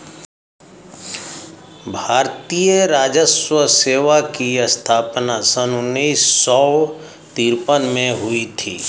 भारतीय राजस्व सेवा की स्थापना सन उन्नीस सौ तिरपन में हुई थी